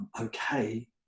Okay